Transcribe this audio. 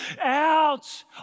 out